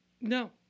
No